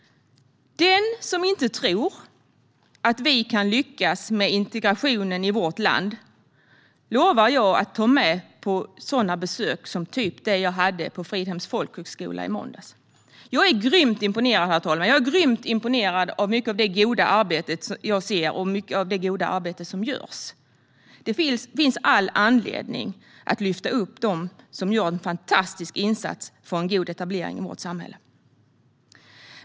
Den som inte tror på att vi kan lyckas med integrationen i vårt land lovar jag att ta med på besök av den typen som det jag hade på Fridhems folkhögskola i måndags. Jag är grymt imponerad av mycket av det goda arbete jag ser och mycket av det goda arbete som görs. Det finns all anledning att lyfta fram dem som gör en fantastisk insats för en god etablering i vårt samhälle.